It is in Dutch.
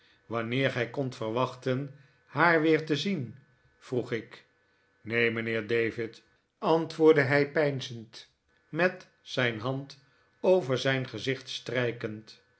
warineer gij kondt verwachten haar weer te zien vroeg ik neen mijnheer david antwoordde hij peinzend met zijn hand over zijn gezicht strijkend